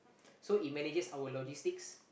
so it manages our logistics